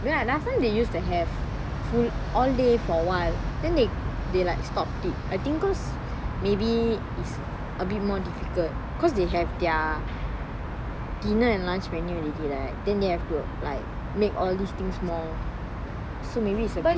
last time they used to have all day for awhile then they like stopped it I think cause maybe is a bit more difficult cause they have their dinner and lunch menu already right then they will have to like make these all things more so maybe is a bit